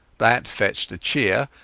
that fetched a cheer,